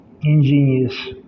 Ingenious